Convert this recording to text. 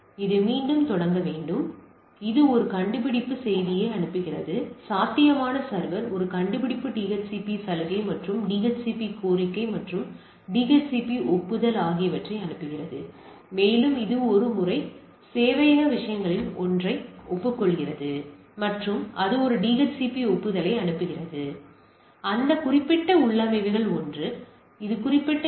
எனவே இது மீண்டும் தொடங்க வேண்டும் இது ஒரு கண்டுபிடிப்பு செய்தியை அனுப்புகிறது சாத்தியமான சர்வர் ஒரு கண்டுபிடிப்பு டிஹெச்சிபி சலுகை மற்றும் டிஹெச்சிபி கோரிக்கை மற்றும் டிஹெச்சிபி ஒப்புதல் ஆகியவற்றை அனுப்புகிறது மேலும் இது ஒரு முறை சேவையக விஷயங்களில் ஒன்றை ஒப்புக்கொள்கிறது மற்றும் அது ஒரு டிஹெச்சிபி ஒப்புதலை அனுப்புகிறது அந்த குறிப்பிட்ட உள்ளமைவுகள் ஒன்று அது குறிப்பிட்ட டி